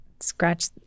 Scratch